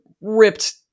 ripped